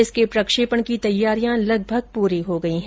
इसके प्रक्षेपण की तैयारियां लगभग पूरी हो गई हैं